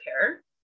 care